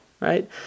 right